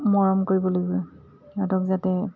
মৰম কৰিব লাগিব সিহঁতক যাতে